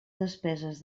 despeses